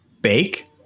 bake